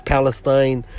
Palestine